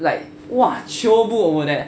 like !wah! chio bu over there